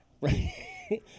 Right